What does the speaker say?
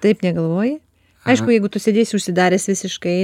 taip negalvoji aišku jeigu tu sėdėsi užsidaręs visiškai